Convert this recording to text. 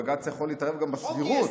בג"ץ יכול להתערב גם בסבירות.